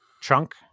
chunk